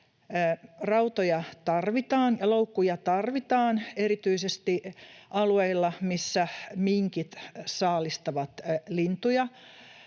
tarvitaan ja loukkuja tarvitaan erityisesti alueilla, missä minkit saalistavat lintuja.